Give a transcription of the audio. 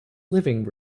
living